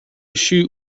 shoot